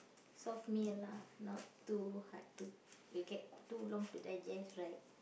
soft meal lah not too hard to will get too long to digest right